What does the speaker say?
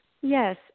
Yes